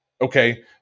Okay